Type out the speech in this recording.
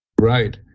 right